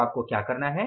तो आपको क्या करना है